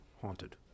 haunted